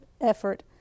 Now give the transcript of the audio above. effort